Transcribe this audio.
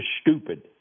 stupid